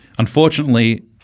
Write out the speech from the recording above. Unfortunately